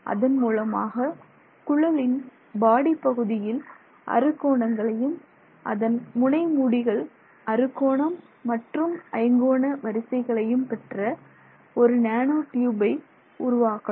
அதன் மூலமாக குழலின் பாடி பகுதியில் அறு கோணங்களையும் மற்றும் முனை மூடிகள் அறுகோணம் மற்றும் ஐங்கோண வரிசைகளையும் பெற்ற ஒரு நேனோ ட்யூபை உருவாக்கலாம்